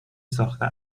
ساخته